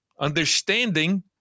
Understanding